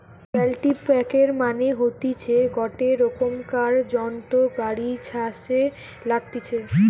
কাল্টিপ্যাকের মানে হতিছে গটে রোকমকার যন্ত্র গাড়ি ছাসে লাগতিছে